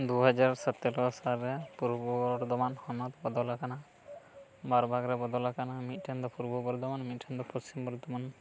ᱫᱩ ᱦᱟᱡᱟᱨ ᱥᱚᱛᱮᱨᱳ ᱥᱟᱞᱨᱮ ᱯᱩᱨᱵᱚ ᱵᱚᱨᱰᱷᱚᱢᱟᱱ ᱦᱚᱱᱚᱛ ᱵᱚᱫᱚᱞ ᱟᱠᱟᱱᱟ ᱵᱟᱨ ᱵᱷᱟᱜ ᱨᱮ ᱵᱚᱫᱚᱞ ᱟᱠᱟᱱᱟ ᱢᱤᱫᱴᱮᱱ ᱫᱚ ᱯᱩᱨᱵᱟ ᱵᱚᱨᱰᱷᱚᱢᱟᱱ ᱢᱤᱫᱴᱮᱱ ᱫᱚ ᱯᱚᱥᱪᱤᱢ ᱵᱚᱨᱫᱷᱚᱢᱟᱱ